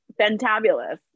fantabulous